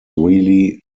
really